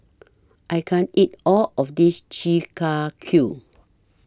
I can't eat All of This Chi Kak Kuih